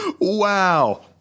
Wow